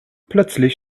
plötzlich